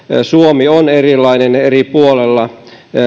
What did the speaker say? suomi on erilainen eri puolilla